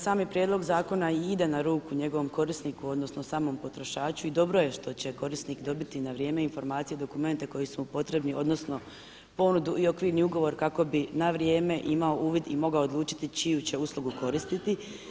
Sami prijedlog zakona i ide na ruku njegovom korisniku odnosno samom potrošaču i dobro je što će korisnik dobiti na vrijeme informacije i dokumente koji su mu potrebni odnosno ponudi i okvirni ugovor kako bi na vrijeme imao uvid i mogao odlučiti čiju će uslugu koristiti.